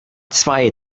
zwei